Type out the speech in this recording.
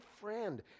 friend